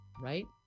right